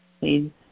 please